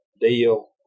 deal